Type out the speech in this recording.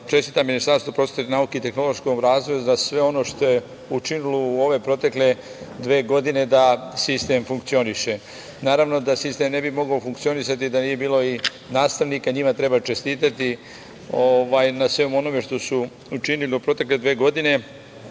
čestitam Ministarstvu prosvete, nauke i tehnološkom razvoju za sve ono što je učinilo u ove protekle dve godine da sistem funkcioniše. Naravno, da sistem ne bi mogao funkcionisati da nije bilo nastavnika i njima treba čestitati na svemu onome što su učinili u protekle dve godine,